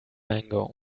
mango